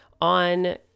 on